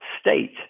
state